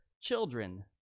Children